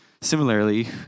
Similarly